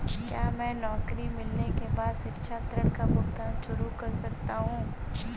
क्या मैं नौकरी मिलने के बाद शिक्षा ऋण का भुगतान शुरू कर सकता हूँ?